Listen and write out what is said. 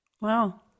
Wow